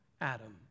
Adam